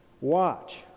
watch